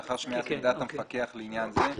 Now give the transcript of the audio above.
לאחר שמיעת עמדת המפקח לעניין זה.